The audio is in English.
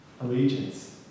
allegiance